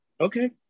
Okay